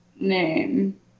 name